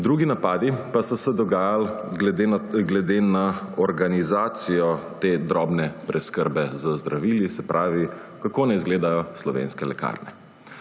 Drugi napadi pa so se dogajali glede na organizacijo te drobne preskrbe z zdravili, se pravi, kako naj izgledajo slovenske lekarne.